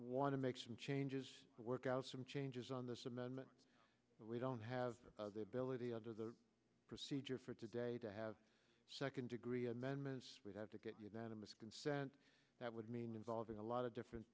want to make some changes to work out some changes on this amendment but we don't have the ability under the procedure for today to have second degree amendments we have to get your venomous consent that would mean involving a lot of different